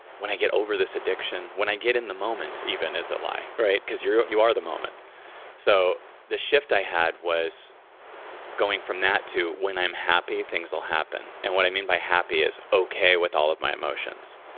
when i get over this addiction, when i get in the moment even is a lie. right? because you you are the moment so, the shift i had was going from that to when i'm happy, things will happen. and what i mean by happy is okay with all of my emotions.